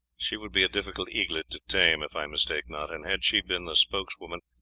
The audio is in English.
she would be a difficult eaglet to tame, if i mistake not and had she been the spokeswoman,